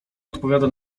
odpowiada